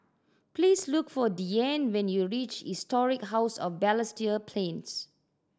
please look for Deane when you reach Historic House of Balestier Plains